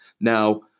Now